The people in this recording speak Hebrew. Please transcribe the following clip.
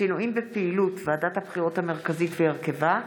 שינויים בפעילות ועדת הבחירות המרכזית והרכבה),